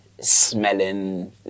smelling